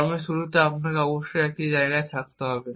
কর্মের শুরুতে আপনাকে অবশ্যই একটি জায়গায় থাকতে হবে